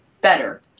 better